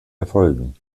erfolgen